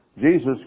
Jesus